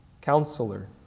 Counselor